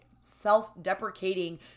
self-deprecating